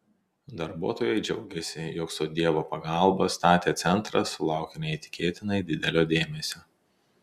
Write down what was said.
darbuotojai džiaugėsi jog su dievo pagalba statę centrą sulaukia neįtikėtinai didelio dėmesio